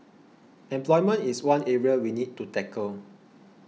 employment is one area we need to tackle